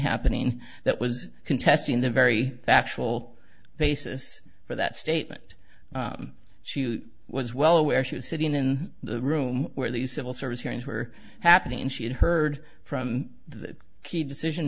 happening that was contesting the very factual basis for that statement she was well aware she was sitting in the room where these civil service hearings were happening and she had heard from the key decision